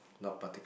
not partic~